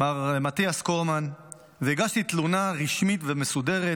מר מתיאס קורמן והגשתי תלונה רשמית ומסודרת